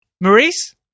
maurice